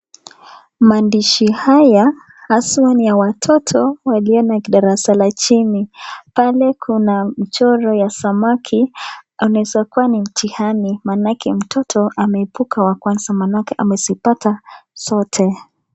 Maandishi haya haswa ni ya watoto waliyo darasa la chini, pale kuna michoro wa samaki inaeza kuwa ni mithiani manake mtoto ameebuka wa kanza kwa manake amezipata zote.